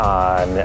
on